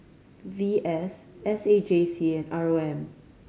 V S S A J C and R O M